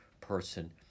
person